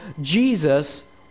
Jesus